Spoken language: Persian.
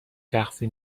شخصی